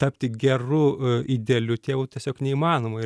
tapti geru idealiu tėvu tiesiog neįmanoma ir